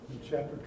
chapter